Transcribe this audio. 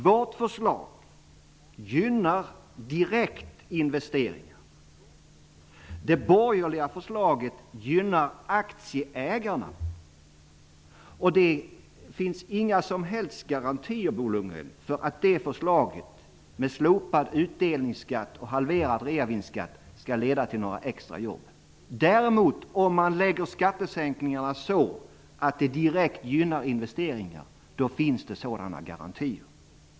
Vårt förslag gynnar direktinvesteringar. Det borgerliga förslaget gynnar aktieägarna. Det finns inga som helst garantier, Bo Lundgren, för att förslaget om slopad utdelningsskatt och halverad reavinstskatt skall leda till några extra jobb. Om man däremot gör så att skattesänkningarna direkt gynnar investeringar finns det sådana garantier.